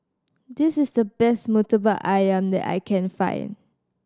this is the best Murtabak Ayam that I can find